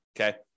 Okay